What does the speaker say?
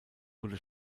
wurde